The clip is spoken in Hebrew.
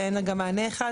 ואין לה גם מענה אחד,